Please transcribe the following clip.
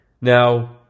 Now